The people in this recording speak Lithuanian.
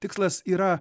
tikslas yra